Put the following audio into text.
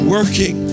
Working